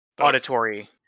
auditory